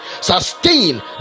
sustain